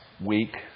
week